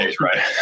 right